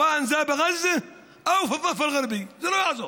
(אומר בערבית: אם זה בעזה ואם זה בגדה המערבית.) זה לא יעזור.